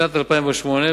שבשנת 2008,